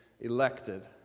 elected